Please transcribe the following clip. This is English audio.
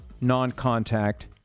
non-contact